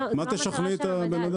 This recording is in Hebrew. במה תשכנעי את הבן אדם?